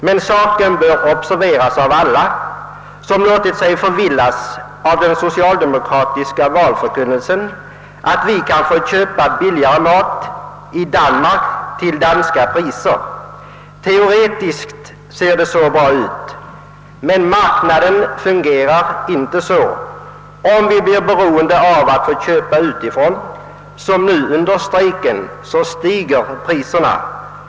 Men saken bör observeras av alla, som låtit sig förvillas av den socialdemokratiska valförkunnelsen, att vi kan få billigare mat genom att köpa danska livsmedel till danska priser. Teoretiskt ser det så bra ut. Men marknaden fungerar inte så. Om vi blir beroende av att få köpa utifrån — som nu under strejken — så stiger priserna.